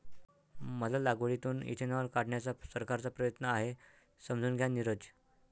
मका लागवडीतून इथेनॉल काढण्याचा सरकारचा प्रयत्न आहे, समजून घ्या नीरज